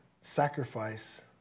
sacrifice